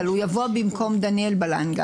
על ביטוח לאומי.